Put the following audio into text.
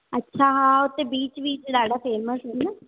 अच्छा हा हुते बीच वीच ॾाढा फ़ेमस आहिनि